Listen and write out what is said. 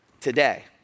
today